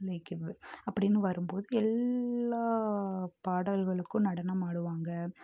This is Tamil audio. இலக்கியம் அப்படின்னு வரும் போது எல்லா பாடல்களுக்கும் நடனம் ஆடுவாங்க